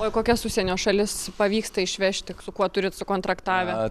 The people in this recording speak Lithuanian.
o į kokias užsienio šalis pavyksta išvežti su kuo turit sukontraktavę